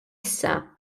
issa